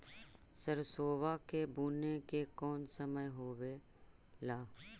सरसोबा के बुने के कौन समय होबे ला?